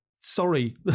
Sorry